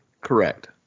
Correct